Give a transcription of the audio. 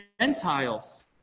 Gentiles